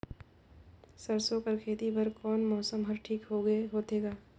सरसो कर खेती बर कोन मौसम हर ठीक होथे ग?